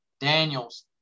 Daniels